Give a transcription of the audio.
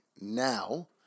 now